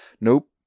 Nope